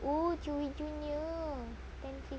oh chewy junior ten fifty